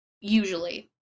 usually